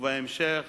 ובהמשך